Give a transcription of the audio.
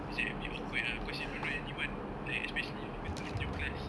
it's like a bit awkward ah because you don't know anyone like especially you go to new class